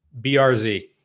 BRZ